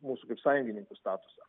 mūsų kaip sąjungininkų statusą